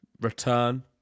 return